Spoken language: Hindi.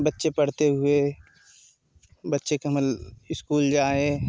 बच्चे पढ़ते हुए बच्चे का मल स्कूल जाए